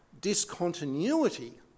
discontinuity